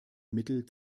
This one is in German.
mittel